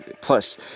Plus